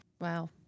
wow